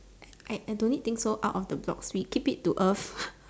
I I don't need think so out of the blocks leh keep it to earth